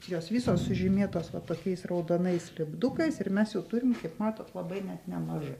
jos visos sužymėtos va tokiais raudonais lipdukais ir mes jų turim kaip matot labai net nemažai